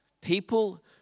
People